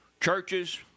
churches